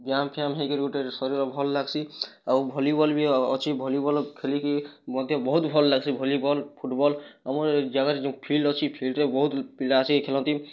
ବ୍ୟାୟାମ୍ ଫ୍ୟାମ୍ ହେଇକିରି ଗୋଟେ ଶରୀର ଭଲ ଲାଗ୍ସି ଆଉ ଭଲିବଲ୍ ବି ଅଛି ଭଲିବଲ୍ ଖେଳିକି ମଧ୍ୟ ବହୁତ ଭଲ୍ ଲାଗ୍ସି ଭଲିବଲ୍ ଫୁଟବଲ୍ ଆମର୍ ଜାଗାରେ ଯେଉଁ ଫିଲଡ଼୍ ଅଛି ଫିଲଡ଼୍ରେ ବହୁତ ପିଲା ଆସି ଖେଳନ୍ତି